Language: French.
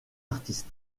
artistes